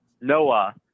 Noah